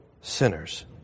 sinners